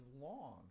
long